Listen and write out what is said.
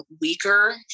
weaker